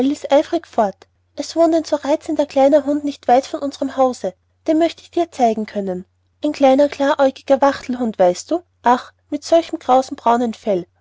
eifrig fort es wohnt ein so reizender kleiner hund nicht weit von unserm hause den möchte ich dir zeigen können ein kleiner klaräugiger wachtelhund weißt du ach mit solch krausem braunen fell